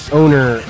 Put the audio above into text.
owner